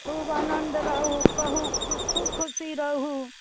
खूब आनन्द रहुँ कहूँ खू खूब खूब खुशी रहुँ